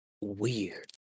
weird